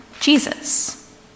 Jesus